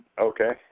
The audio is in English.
Okay